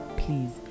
please